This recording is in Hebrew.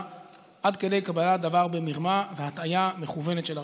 עד כדי קבלת דבר במרמה והטעיה מכוונת של הרשויות.